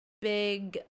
big